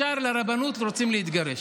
ישר לרבנות, רוצים להתגרש.